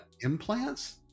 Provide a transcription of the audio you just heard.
Implants